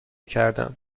کردم